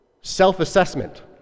self-assessment